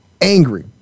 angry